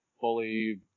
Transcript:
fully